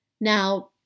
Now